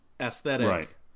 aesthetic